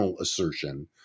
assertion